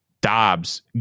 Dobbs